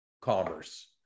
commerce